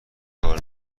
کار